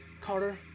Carter